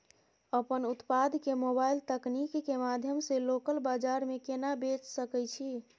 अपन उत्पाद के मोबाइल तकनीक के माध्यम से लोकल बाजार में केना बेच सकै छी?